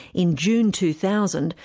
in june two thousand,